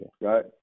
Right